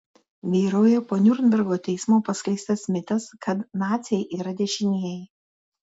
vyrauja po niurnbergo teismo paskleistas mitas kad naciai yra dešinieji